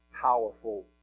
powerful